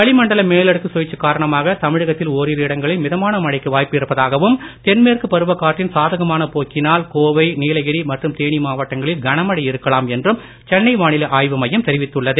வளி மண்டல மேலடுக்கு சுழற்சி காரணமாக தமிழகத்தில் ஒரிரு இடங்களில் மிதமான மழைக்கு வாய்ப்பு இருப்பதாகவும் தென்மேற்கு பருவக் காற்றின் சாதகமான போக்கினால் கோவை நீலகிரி மற்றும் தேனி மாவட்டங்களில் கனமழை இருக்கலாம் என்றும் சென்னை வானிலை ஆய்வு மையம் தெரிவித்துள்ளது